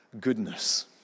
goodness